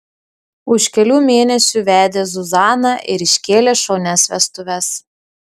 už kelių mėnesių vedė zuzaną ir iškėlė šaunias vestuves